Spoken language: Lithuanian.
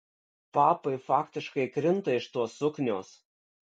papai faktiškai krinta iš tos suknios